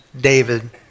David